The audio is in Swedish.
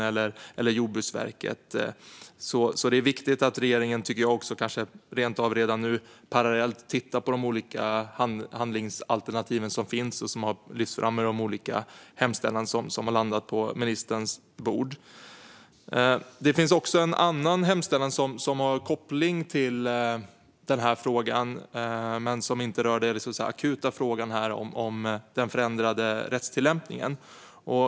Jag tycker att det är viktigt att regeringen, kanske redan nu, tittar parallellt på de olika handlingsalternativ som finns och som har lyfts fram i hemställan som har landat på ministerns bord. Det finns en annan hemställan som har koppling till denna fråga men som inte rör den akuta frågan om den förändrade rättstillämpningen.